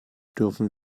dürfen